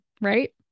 right